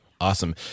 Awesome